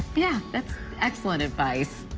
yeah. that's excellent advice.